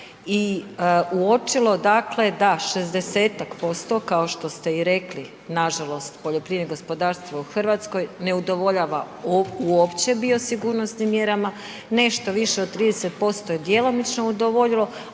i uočilo dakle da 60-tak posto, kao što ste i rekli nažalost, poljoprivrednim gospodarstvima u Hrvatskoj ne udovoljava uopće biosigurnosnim mjerama. Nešto više od 30% je djelomično udovoljilo,